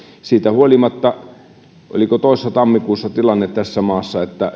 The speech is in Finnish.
siitä huolimatta oli oliko se toissa tammikuussa sellainen tilanne että